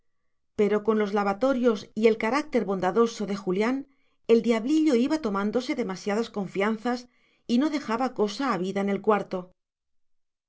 pero con los lavatorios y el carácter bondadoso de julián el diablillo iba tomándose demasiadas confianzas y no dejaba cosa a vida en el cuarto